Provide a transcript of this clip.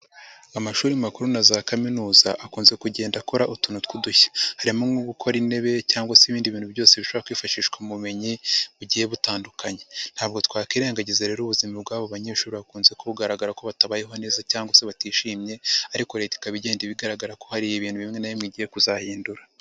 Amashuri makuru na za kaminuza akunze kugenda akora utuntu tw'udushya, harimo nko gukora intebe cyangwa se ibindi bintu byose bishobora kwifashishwa mu bumenyi bugiye butandukanye, ntabwo twakirerengagiza rero ubuzima bw'abo banyeshuri bakunze kugaragara ko batabayeho neza cyangwa se batishimye ariko Leta ikaba igenda igaragara ko hari ibintu bimwe na bimwe igiye kuzahindura.